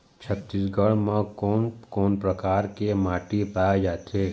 छत्तीसगढ़ म कोन कौन प्रकार के माटी पाए जाथे?